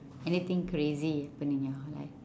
anything crazy happen in your life